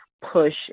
push